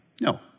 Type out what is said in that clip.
No